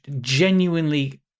genuinely